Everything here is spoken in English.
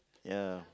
ya